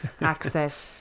access